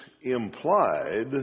implied